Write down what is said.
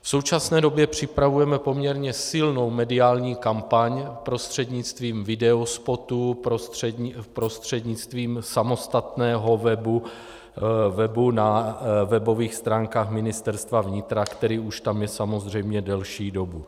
V současné době připravujeme poměrně silnou mediální kampaň prostřednictvím videospotů, prostřednictvím samostatného webu na webových stránkách Ministerstva vnitra, který už tam je samozřejmě delší dobu.